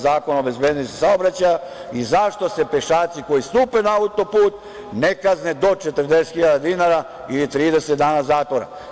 Zakona o bezbednosti saobraćaja i zašto se pešaci koji stupe na autoput ne kazne do 40 hiljada dinara ili 30 dana zatvora?